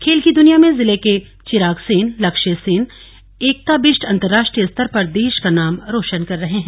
खेल की द्वनिया में जिले के चिराग सेन लक्ष्य सेन एकता बिष्ट अंतराष्ट्रीय स्तर पर देश का नाम रोशन कर रहे हैं